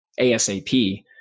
ASAP